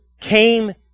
came